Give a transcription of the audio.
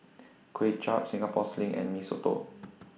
Kway Chap Singapore Sling and Mee Soto